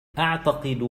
أعتقد